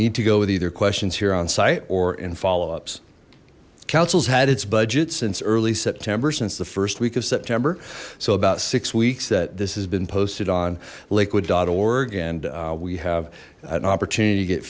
need to go with either questions here on site or in follow ups councils had its budget since early september since the first week of september so about six weeks that this has been posted on liquid org and we have an opportunity to get